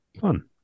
fun